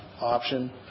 option